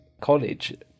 college